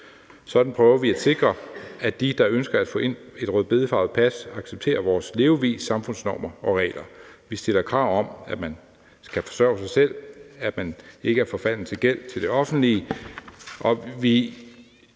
Sådan prøver vi at sikre, at de, der ønsker at få et rødbedefarvet pas, accepterer vores levevis, samfundsnormer og regler. Vi stiller krav om, at man skal forsørge sig selv, at man ikke er forfalden til gæld til det offentlige,